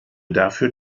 dafür